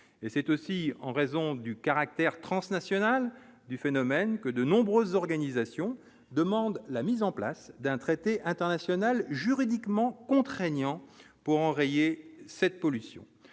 et c'est aussi en raison du caractère transnational du phénomène que de nombreuses organisations demandent la mise en place d'un traité international juridiquement contraignant pour enrayer cette pollution,